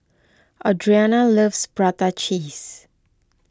Audriana loves Prata Cheese